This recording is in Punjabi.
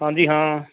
ਹਾਂਜੀ ਹਾਂ